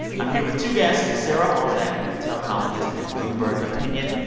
i'm here with two guests sarah halzack, retail columnist at bloomberg opinion,